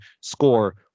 score